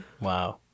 Wow